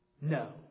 No